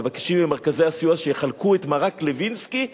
מבקשים ממרכזי הסיוע שיחלקו את "מרק לוינסקי",